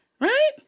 Right